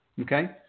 Okay